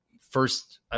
first